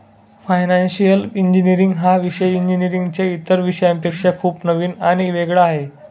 financial engineering हा विषय इंजिनीअरिंगच्या इतर विषयांपेक्षा खूप नवीन आणि वेगळा आहे